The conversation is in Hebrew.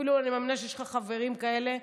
אני מאמינה אפילו שיש לך חברים כאלה,